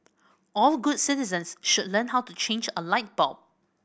all good citizens should learn how to change a light bulb